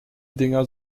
dinger